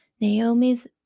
Naomi's